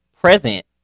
present